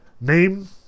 Name